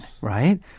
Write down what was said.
right